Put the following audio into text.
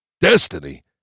Destiny